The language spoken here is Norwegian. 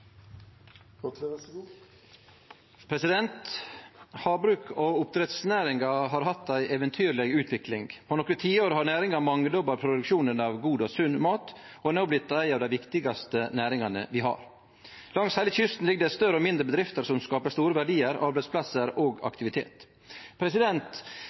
Havbruk- og oppdrettsnæringa har hatt ei eventyrleg utvikling. På nokre tiår har næringa mangedobla produksjonen av god og sunn mat, og ho er no blitt ei av dei viktigaste næringane vi har. Langs heile kysten ligg det større og mindre bedrifter som skaper store verdiar, arbeidsplassar og